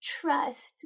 trust